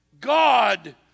God